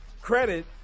Credit